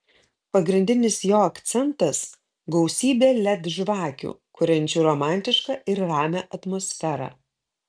pagrindinis jo akcentas gausybė led žvakių kuriančių romantišką ir ramią atmosferą